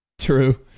True